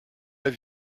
have